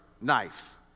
knife